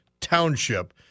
Township